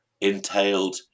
entailed